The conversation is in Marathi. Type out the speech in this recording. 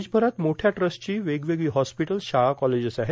देशभरात मोठ्या ट्रस्टची वेगवेगळी हॉस्पिटल्स शाळा कॉलेजेस आहेत